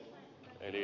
puhemies